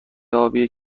آبی